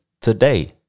today